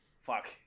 Fuck